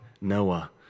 Noah